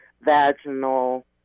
vaginal